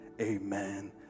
Amen